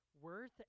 worth